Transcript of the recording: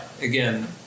again